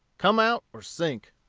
come out or sink.